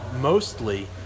mostly